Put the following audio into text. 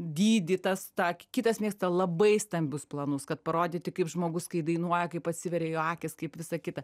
dydį tas tą kitas mėgsta labai stambius planus kad parodyti kaip žmogus kai dainuoja kaip atsiveria jo akys kaip visa kita